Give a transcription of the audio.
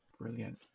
Brilliant